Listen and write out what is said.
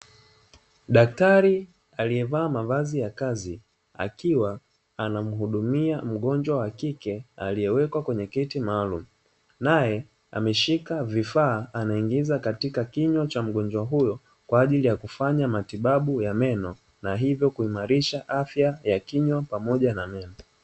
Daktari aliyevaa mavazi ya kazi akiwa anahudumia mgonjwa wakike aliyewekwa kwenye kiti maalumu, nae ameshika vifaa anaingiza kwenye kinywa cha mgonjwa huyo, kwa ajili ya kufanya matibabu ya meno na hivyo kuimarisha afya ya kinywa pamoja na meno.